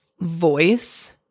voice